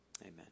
amen